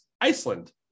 Iceland